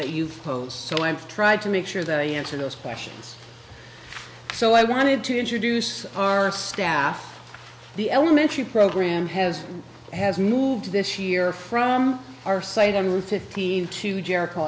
that you've tried to make sure that he answered those questions so i wanted to introduce our staff the elementary program has has moved this year from our site on route fifteen to jericho